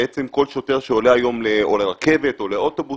בעצם כל שוטר שעולה היום לרכבת או לאוטובוס